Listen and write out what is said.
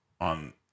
on